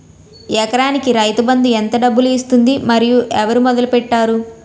ఎకరానికి రైతు బందు ఎంత డబ్బులు ఇస్తుంది? మరియు ఎవరు మొదల పెట్టారు?